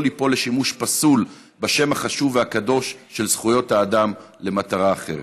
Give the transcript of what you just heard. ליפול לשימוש פסול בשם החשוב והקדוש של זכויות האדם למטרה אחרת.